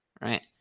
right